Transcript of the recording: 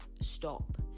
stop